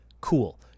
Cool